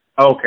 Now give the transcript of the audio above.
Okay